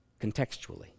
contextually